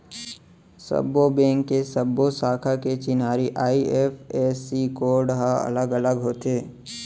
सब्बो बेंक के सब्बो साखा के चिन्हारी आई.एफ.एस.सी कोड ह अलगे अलगे होथे